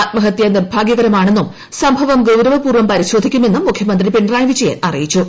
ആത്മഹത്യ നിർഭാഗ്യകരമാണെന്നും സംഭവം ഗൌരവപൂർവ്വം പരിശോധിക്കുമെന്നും മുഖ്യമന്ത്രി പിണറായി വിജയൻ അറിയിച്ചു